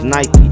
Nike